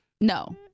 No